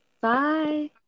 Bye